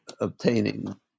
obtaining